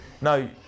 no